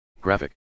Graphic